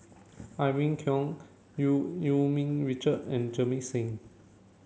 Irene Khong Eu Yee Ming Richard and Jamit Singh